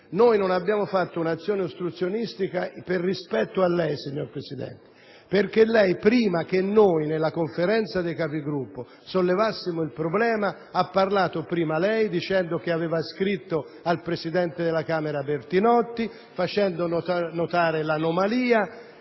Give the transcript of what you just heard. Non abbiamo svolto un'azione ostruzionistica per rispetto a lei, signor Presidente, perché lei, prima che in Conferenza dei Capigruppo sollevassimo il problema, ci ha comunicato di aver scritto al presidente della Camera Bertinotti, facendo notare l'anomalia.